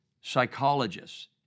psychologists